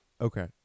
Okay